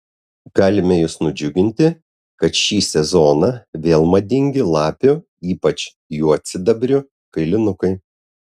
galime jus nudžiuginti kad šį sezoną vėl madingi lapių ypač juodsidabrių kailinukai